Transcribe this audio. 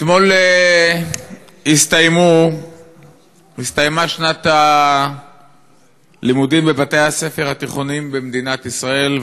אתמול הסתיימה שנת הלימודים בבתי-הספר התיכוניים במדינת ישראל,